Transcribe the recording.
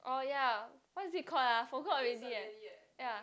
oh ya what is it called ah forgot already eh ya